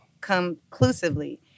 conclusively